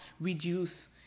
reduce